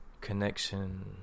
connection